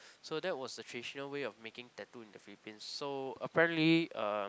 so that was the traditional way of making tattoo in the Philippines so apparently uh